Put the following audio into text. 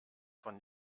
von